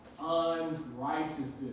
unrighteousness